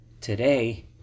today